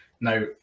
Now